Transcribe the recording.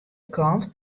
kant